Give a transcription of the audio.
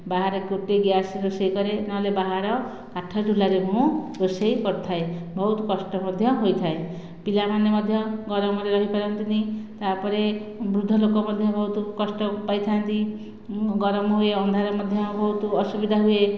ବାହାରେ ଗୋଟିଏ ଗ୍ୟାସ୍ ରୋଷେଇ କରେ ନହେଲେ ବାହାର କାଠ ଚୁଲାରେ ମୁଁ ରୋଷେଇ କରିଥାଏ ବହୁତ କଷ୍ଟ ମଧ୍ୟ ହୋଇଥାଏ ପିଲାମାନେ ମଧ୍ୟ ଗରମରେ ରହିପାରନ୍ତି ନାହିଁ ତା'ପରେ ବୃଦ୍ଧ ଲୋକ ମଧ୍ୟ ବହୁତ କଷ୍ଟ ପାଇଥାନ୍ତି ଗରମ ହୁଏ ଅନ୍ଧାରରେ ମଧ୍ୟ ବହୁତ ଅସୁବିଧା ହୁଏ